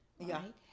right